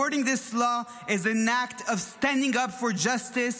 Supporting this law is an act of standing up for justice,